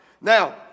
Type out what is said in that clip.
Now